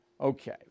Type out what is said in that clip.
Okay